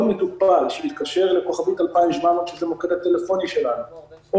כל מטופל שהתקשר לכוכבית 2700 של המוקד הטלפוני שלנו או